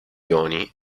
ioni